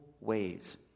ways